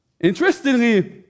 Interestingly